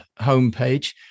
homepage